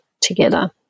together